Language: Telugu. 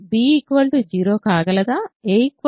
కానీ b 0 కాగలదా